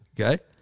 Okay